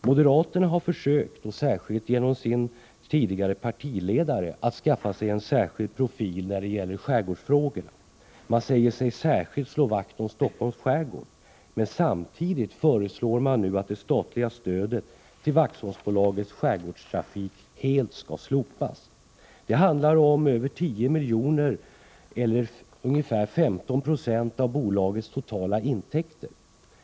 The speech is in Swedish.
Moderaterna har — särskilt genom sin tidigare partiledare — försökt skaffa sig en särskild profil när det gäller skärgårdsfrågorna. Man säger sig speciellt slå vakt om Stockholms skärgård. Men samtidigt föreslår man att det statliga stödet till Waxholmsbolagets skärgårdstrafik helt slopas. Det handlar om över 10 milj.kr. eller ungefär 15 96 av bolagets totala intäkter.